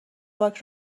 پاک